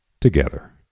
together